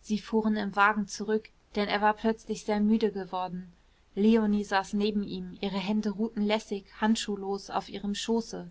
sie fuhren im wagen zurück denn er war ganz plötzlich sehr müde geworden leonie saß neben ihm ihre hände ruhten lässig handschuhlos auf ihrem schoße